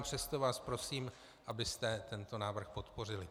Přesto vás prosím, abyste tento návrh podpořili.